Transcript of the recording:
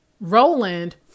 Roland